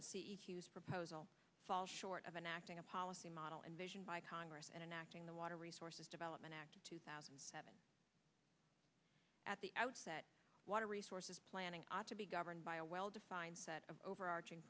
that see each use proposal fall short of an acting a policy model envisioned by congress and enacting the water resources development act of two thousand and seven at the outset water resources planning ought to be governed by a well defined set of overarching